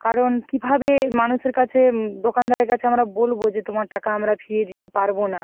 কারণ কীভাবে মানুষের কাছে দোকানদারের কাছে আমরা বলবো যে তোমার টাকা আমরা ফিরিয়ে দিতে পারবো না